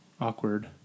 awkward